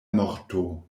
morto